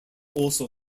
also